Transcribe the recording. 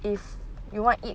if you want eat